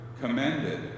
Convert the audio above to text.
commended